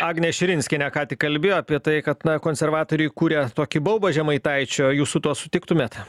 agnė širinskienė ką tik kalbėjo apie tai kad na konservatoriai kuria tokį baubą žemaitaičio jūs su tuo sutiktumėt